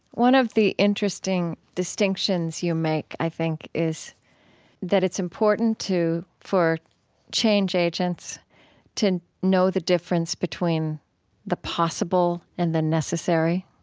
one of the interesting distinctions you make, i think, is that it's important for change agents to know the difference between the possible and the necessary